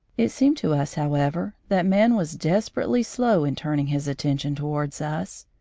it seemed to us, however, that man was desperately slow in turning his attention towards us,